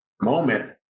moment